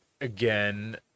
again